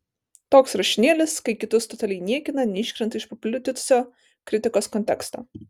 toks rašinėlis kai kitus totaliai niekina neiškrenta iš paplitusio kritikos konteksto